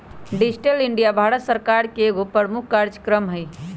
digital India Bharat सरकार का एगो प्रमुख काजक्रम हइ